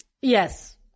yes